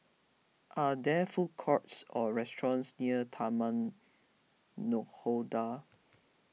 are there food courts or restaurants near Taman Nakhoda